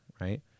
right